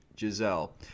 Giselle